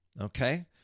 Okay